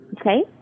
Okay